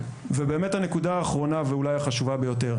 הנקודה האחרונה ואולי החשובה ביותר.